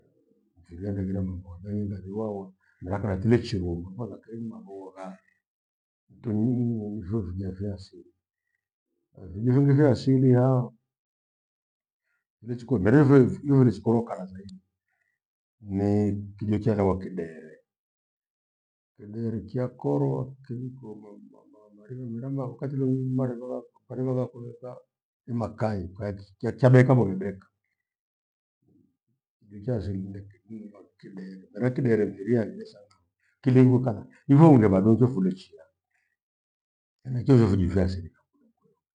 Fighira tengera mabogha dailegha ni wawa nirakalatile chirudwaa vaha kakenyi mabogha ifyo fijo fya athili. Ni fingi vya athili yaha, vechikoli meri viwe iwenichikoloka na zaidi nii kijo kyahewa kidere. Kidere kyakorwa keriko ma- ma- ma- mariwe meramba oh! wakati uleule maripha kwathimba gwakeyeka, ni makali kwachi kiachabeka pho bebeka. Kijo kya asili nndeke nndevalu kidere, mera kidere mifiri haghire sana kiliighuka na ivunge vadu ngifule chia henachio ivo fijo fya athili